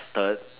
third